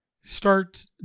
start